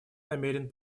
намерен